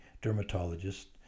dermatologist